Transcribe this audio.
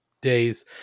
days